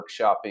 workshopping